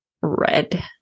red